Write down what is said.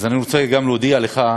אז אני רוצה גם להודיע לך,